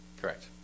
correct